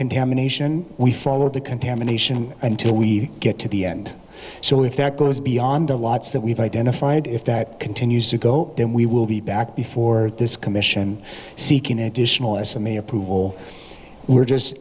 contamination we follow the contamination until we get to the end so if that goes beyond that we've identified if that continues to go then we will be back before this commission seeking additional as i may approval we're just